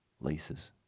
laces